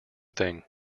thing